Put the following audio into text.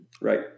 right